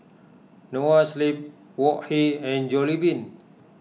Noa Sleep Wok Hey and Jollibean